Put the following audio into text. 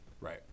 Right